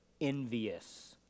envious